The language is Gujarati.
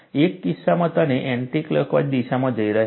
એક કિસ્સામાં તમે એન્ટિકલોકવાઇઝ દિશામાં જઈ રહ્યા છો